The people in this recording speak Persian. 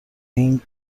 بینگ